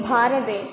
भारते